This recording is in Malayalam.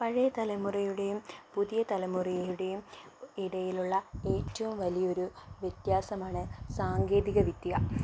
പഴയ തലമുറയുടെയും പുതിയ തലമുറയുടെയും ഇടയിലുള്ള ഏറ്റവും വലിയൊരു വ്യത്യാസമാണ് സാങ്കേതികവിദ്യ